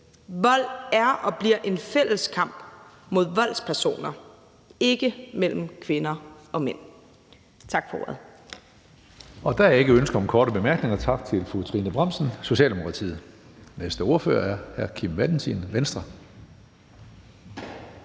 det er og bliver en fælles kamp mod voldspersoner, ikke mellem kvinder og mænd. Tak for ordet.